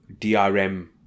drm